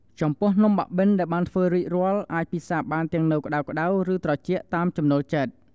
ចំពោះ នំបាក់បិនដែលបានធ្វើរួចរាល់ អាចពិសារបានទាំងនៅក្ដៅៗ ឬត្រជាក់ តាមចំណូលចិត្ត។